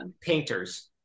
painters